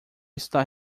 está